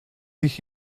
sich